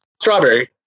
Strawberry